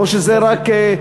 או שזה רק,